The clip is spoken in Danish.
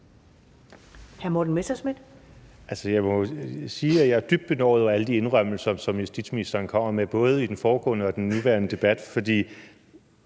jeg er dybt benovet over alle de indrømmelser, som justitsministeren kommer med – både i den foregående og den nuværende debat